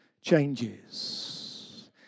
changes